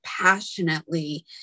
passionately